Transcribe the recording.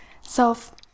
Self